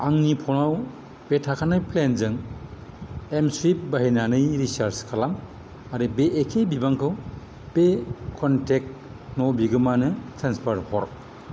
आंनि फ'नाव बे थाखानाय प्लेनजों एमस्वुइफ बाहायनानै रिसार्ज खालाम आरो बे एखे बिबांखौ बे क'नटेक्ट न' बिगोमानो ट्रेन्सफार हर